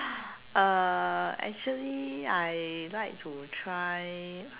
uh actually I like to try